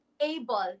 able